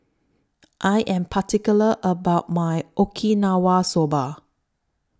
I Am particular about My Okinawa Soba